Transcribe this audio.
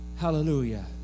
Hallelujah